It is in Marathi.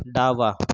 डावा